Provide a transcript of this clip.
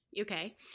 okay